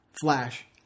Flash